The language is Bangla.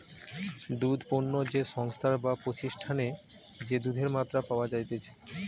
দুধ পণ্য যে সংস্থায় বা প্রতিষ্ঠানে যে দুধের মাত্রা পাওয়া যাইতেছে